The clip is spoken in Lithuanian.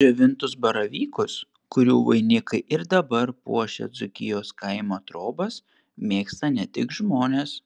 džiovintus baravykus kurių vainikai ir dabar puošia dzūkijos kaimo trobas mėgsta ne tik žmonės